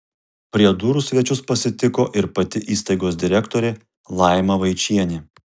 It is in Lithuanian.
prie durų svečius pasitiko ir pati įstaigos direktorė laima vaičienė